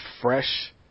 fresh